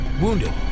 wounded